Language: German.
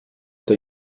der